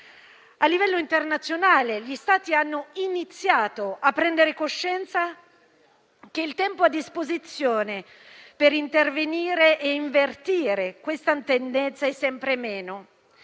A livello internazionale, gli Stati hanno iniziato a prendere coscienza che il tempo a disposizione per intervenire e invertire questa tendenza è sempre meno